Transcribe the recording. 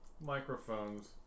microphones